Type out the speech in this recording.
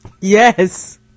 Yes